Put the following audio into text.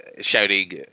shouting